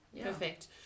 Perfect